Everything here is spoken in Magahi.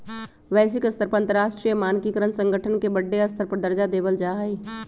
वैश्विक स्तर पर अंतरराष्ट्रीय मानकीकरण संगठन के बडे स्तर पर दर्जा देवल जा हई